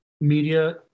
media